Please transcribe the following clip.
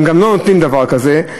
הם גם לא נותנים דבר כזה,